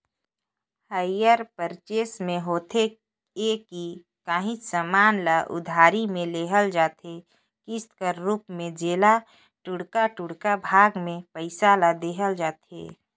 hire purchase में होथे ए कि काहींच समान ल उधारी में लेहल जाथे किस्त कर रूप में जेला टुड़का टुड़का भाग में पइसा ल देहल जाथे